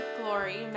glory